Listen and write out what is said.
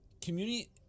community